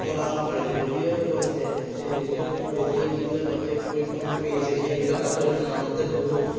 প্ৰদান কৰে ৰেডিঅ'ই কয় যে ৰেডিঅ' ৰেডিঅ'ত যিবিলাক বাতৰি পৰিৱেশন কৰি আহিছে সেইবিলাক বাতৰি সাধাৰণতে বহু